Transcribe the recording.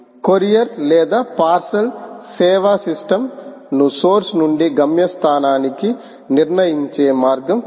courier లేదా parcel సేవా system ను సోర్స్ నుండి గమ్యస్థానానికి నిర్ణయించే మార్గం ఉంది